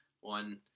one